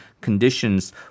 conditions